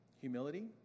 humility